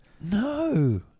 No